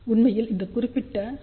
உண்மையில் இந்த குறிப்பிட்ட ஐ